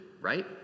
right